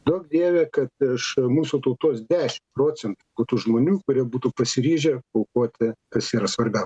duok dieve kad iš mūsų tautos dešimt procentų būtų žmonių kurie būtų pasiryžę aukoti kas yra svarbiau